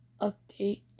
update